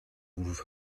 vous